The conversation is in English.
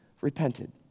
repented